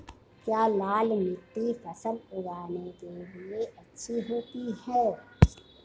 क्या लाल मिट्टी फसल उगाने के लिए अच्छी होती है?